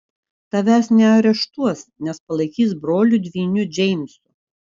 tavęs neareštuos nes palaikys broliu dvyniu džeimsu